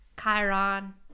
Chiron